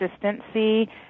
consistency